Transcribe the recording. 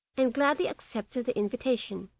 and gladly accepted the invitation,